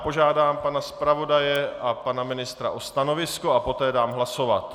Požádám pana zpravodaje a pana ministra o stanovisko a poté dám hlasovat.